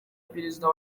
perezida